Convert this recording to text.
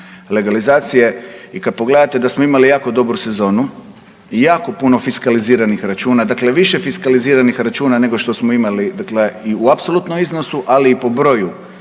I kada pogledate da smo imali jako dobru sezonu i jako puno fiskaliziranih računa, dakle više fiskaliziranih računa nego što smo imali dakle i u apsolutnom iznosu ali i po broju